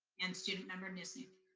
and student member kniznik.